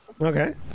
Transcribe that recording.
okay